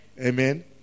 Amen